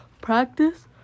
practice